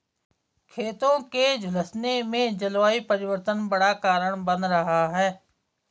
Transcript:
खेतों के झुलसने में जलवायु परिवर्तन बड़ा कारण बन रहा है